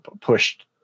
pushed